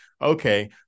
Okay